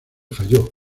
falló